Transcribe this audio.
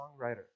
songwriter